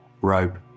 rope